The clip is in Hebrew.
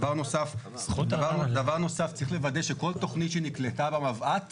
דבר נוסף, צריך לוודא שכל תכנית שנקלטה במבע"ת